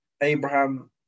Abraham